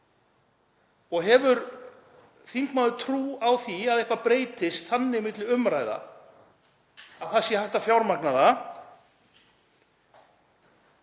og hefur þingmaður trú á því að eitthvað breytist þannig milli umræða að hægt sé að fjármagna það?